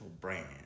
brand